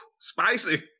Spicy